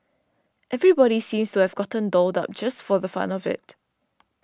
everybody seemed to have gotten dolled up just for the fun of it